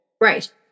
Right